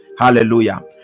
Hallelujah